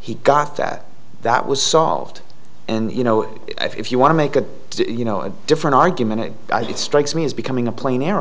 he got that that was solved and you know if you want to make a you know a different argument it strikes me as becoming a plain air